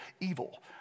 evil